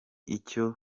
icyo